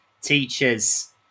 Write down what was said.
Teachers